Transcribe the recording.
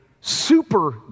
super